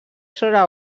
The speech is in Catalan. sobre